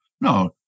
No